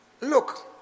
Look